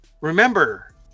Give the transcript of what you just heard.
Remember